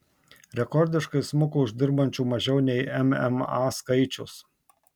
rekordiškai smuko uždirbančių mažiau nei mma skaičius